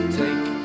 take